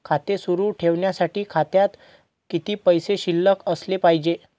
खाते सुरु ठेवण्यासाठी खात्यात किती पैसे शिल्लक असले पाहिजे?